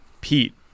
Pete